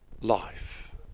life